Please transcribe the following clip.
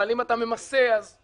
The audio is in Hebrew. אבל אם אתה ממסה, אז אני